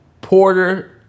Porter